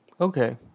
Okay